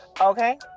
Okay